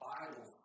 Bible